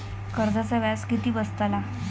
कर्जाचा व्याज किती बसतला?